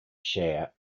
share